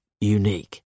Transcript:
unique